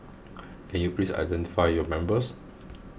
can you please identify your members